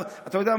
אתה יודע מה?